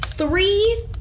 Three